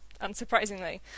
unsurprisingly